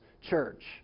church